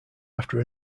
after